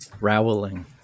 Rowling